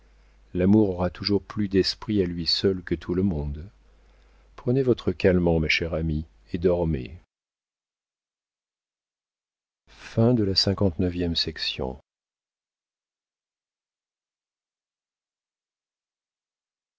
aura toujours plus d'esprit à lui seul que tout le monde prenez votre calmant ma chère amie et dormez